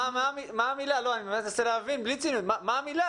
אני מנסה להבין בלי ציניות מה הוא המונח